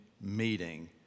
meeting